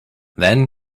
then